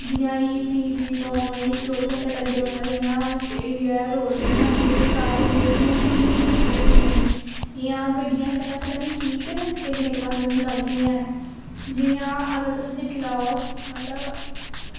जियां एह् पीं पीं पां पां एह् चौबी घैंटे लग्गे दा रौंह्दा इ'यां इ'यै रोड़ दे कंडै घर होंदे इ'यां किन्नी दिक्कत होंदी ऐ उ'नेंगी इ'यां गड्डियां इक पास्सै ताईं ठीक न लेकिन इक पास्सै ताईं गल्त बी हैन जियां अगर तुस दिक्खी लैओ मतलब